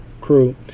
crew